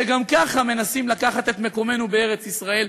שגם ככה מנסים לקחת את מקומנו בארץ-ישראל,